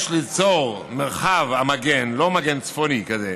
יש ליצור מרחב המגן" לא מגן צפוני כזה,